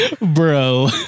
Bro